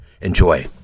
Enjoy